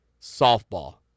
softball